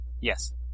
Yes